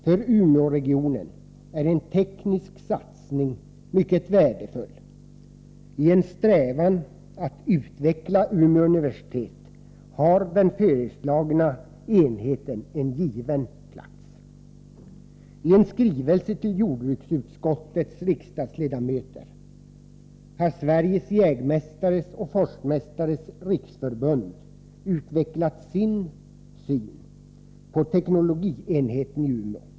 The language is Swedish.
För Umeåregionen är en teknisk satsning mycket värdefull. I fråga om strävandena att utveckla Umeå universitet har den föreslagna enheten en given plats. I en skrivelse till ledamöterna i jordbruksutskottet har Sveriges Jägmästares och Forstmästares riksförbund utvecklat sin syn på teknologienheten i Umeå.